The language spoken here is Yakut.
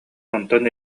онтон